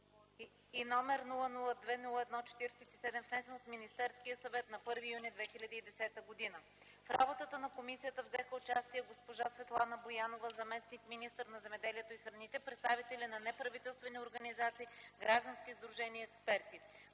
и № 002-01-47, внесен от Министерския съвет на 01.06.2010 г. В работата на комисията взеха участие госпожа Светлана Боянова – заместник-министър на земеделието и храните, представители на неправителствени организации, граждански сдружения и експерти.